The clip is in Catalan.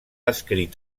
escrit